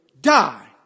die